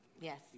Yes